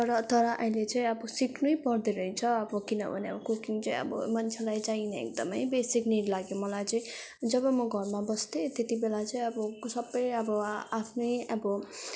तर तर अहिले चाहिँ अब सिक्नैु पर्दो रहेछ अब किनभने कुकिङ चाहिँ अब मान्छेलाई चाहिने एकदमै बेसिक निड लाग्यो मलाई चाहिँ जब म घरमा बस्थे त्यति बेला चाहिँ अब सबै अब आफ्नै अब